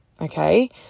okay